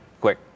quick